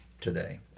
today